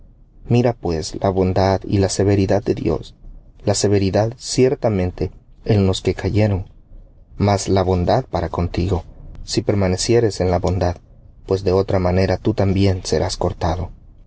mira pues la bondad y la severidad de dios la severidad ciertamente en los que cayeron mas la bondad para contigo si permanecieres en la bondad pues de otra manera tú también serás cortado